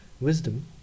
Wisdom